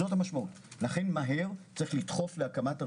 לכן מהר צריך לדחוף להקמת הרשות.